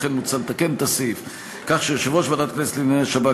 לכן מוצע לתקן את הסעיף כך שיושב-ראש ועדת הכנסת לענייני השב"כ,